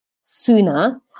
sooner